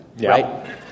right